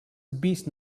beast